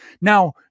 Now